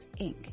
inc